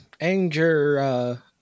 Anger